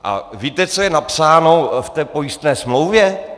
A víte, co je napsáno v pojistné smlouvě?